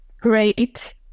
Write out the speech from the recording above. great